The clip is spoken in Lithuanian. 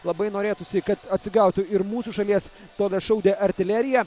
labai norėtųsi kad atsigautų ir mūsų šalies stogašaudė artilerija